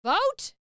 Vote